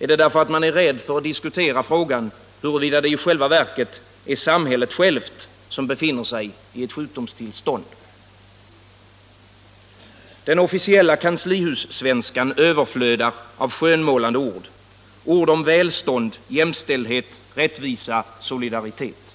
Är det därför att man är rädd att diskutera frågan, huruvida det i själva verket är samhället självt som befinner sig i ett sjukdomstillstånd? | Den officiella kanslihussvenskan överflödar av skönmålande ord som välstånd, jämställdhet, rättvisa, solidaritet.